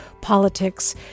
politics